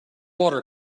water